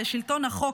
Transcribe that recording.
לשלטון החוק,